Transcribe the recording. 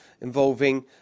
involving